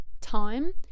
time